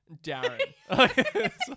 Darren